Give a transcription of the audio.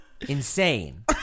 insane